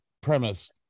premise